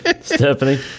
Stephanie